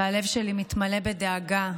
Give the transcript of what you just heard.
והלב שלי מתמלא בדאגה,